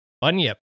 Bunyip